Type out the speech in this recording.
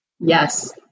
yes